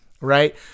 Right